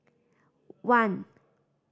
one